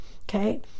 Okay